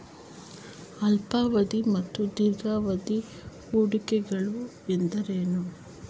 ಅಲ್ಪಾವಧಿ ಮತ್ತು ದೀರ್ಘಾವಧಿ ಹೂಡಿಕೆಗಳು ಎಂದರೇನು?